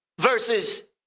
versus